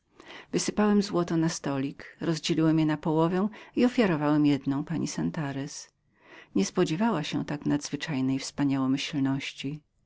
wysypałem złoto na stolik rozdzieliłem je na dwie równe połowy i ofiarowałem jedną pani santarez nie spodziewała się tak nadzwyczajnej wspaniałości